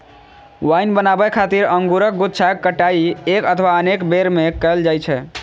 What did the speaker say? wine बनाबै खातिर अंगूरक गुच्छाक कटाइ एक अथवा अनेक बेर मे कैल जाइ छै